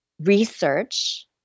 research